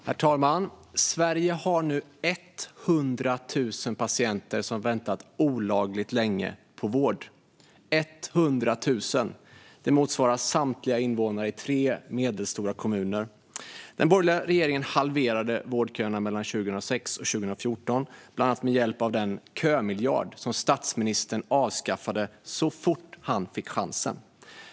Herr talman! Sverige har nu 100 000 patienter som väntat olagligt länge på vård. Det motsvarar samtliga invånare i tre medelstora kommuner. Den borgerliga regeringen halverade vårdköerna mellan 2006 och 2014, bland annat med hjälp av den kömiljard som statsministern avskaffade så fort han fick chansen.